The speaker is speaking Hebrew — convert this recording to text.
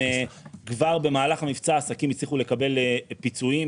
כבר במהלך המבצע עסקים הצליחו לקבל פיצויים,